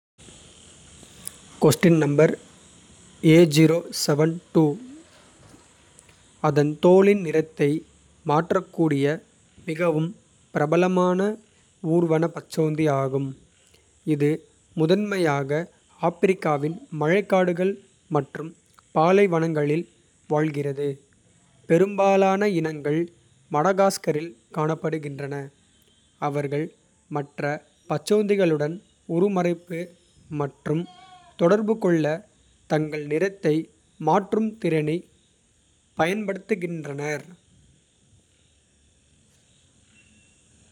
அதன் தோலின் நிறத்தை மாற்றக்கூடிய மிகவும் பிரபலமான. ஊர்வன பச்சோந்தி ஆகும் இது முதன்மையாக. ஆப்பிரிக்காவின் மழைக்காடுகள் மற்றும் பாலைவனங்களில். வாழ்கிறது பெரும்பாலான இனங்கள் மடகாஸ்கரில். காணப்படுகின்றன அவர்கள் மற்ற பச்சோந்திகளுடன். உருமறைப்பு மற்றும் தொடர்பு கொள்ள தங்கள். நிறத்தை மாற்றும் திறனைப் பயன்படுத்துகின்றனர்.